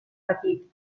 petit